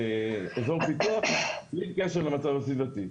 אזור פיתוח בלי קשר למצב הסביבתי.